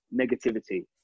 negativity